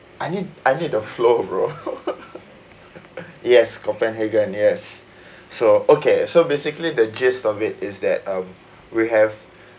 I need I need the flow bro yes copanhagen yes so okay so basically the gist of it is that um we have